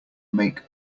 make